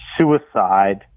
suicide